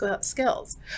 skills